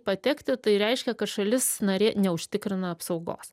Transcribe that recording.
patekti tai reiškia kad šalis narė neužtikrina apsaugos